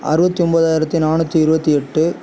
அறுபத்தொம்போதாயிரத்தி நானுற்றி இருபத்தி எட்டு